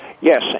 Yes